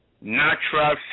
natural